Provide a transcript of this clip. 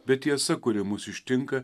bet tiesa kuri mus ištinka